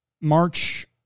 March